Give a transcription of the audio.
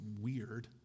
weird